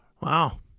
Wow